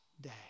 day